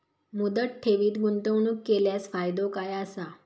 मुदत ठेवीत गुंतवणूक केल्यास फायदो काय आसा?